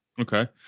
okay